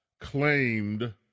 claimed